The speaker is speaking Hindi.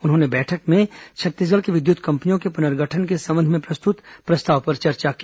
उन्होंने बैठक में छत्तीसगढ़ के विद्युत कंपनियों के पुनर्गठन के संबंध में प्रस्तुत प्रस्ताव पर चर्चा की